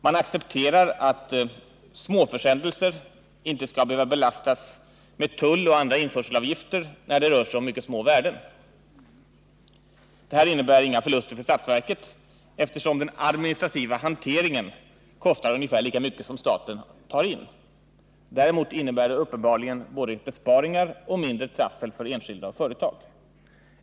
Man accepterar att småförsändelser inte skall behöva belastas med tull och andra införselavgifter när det rör sig om obetydliga värden. Detta innebär inga förluster för statsverket, eftersom den administrativa hanteringen kostar ungefär lika mycket som staten tar in. Däremot innebär det uppenbarligen både besparingar och mindre trassel för enskilda och företag.